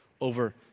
over